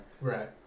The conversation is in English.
Right